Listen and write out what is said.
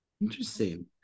Interesting